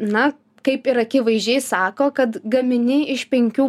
na kaip ir akivaizdžiai sako kad gamini iš penkių